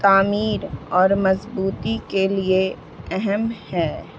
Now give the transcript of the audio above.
تعمیر اور مضبوطی کے لیے اہم ہے